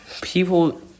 people